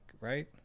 Right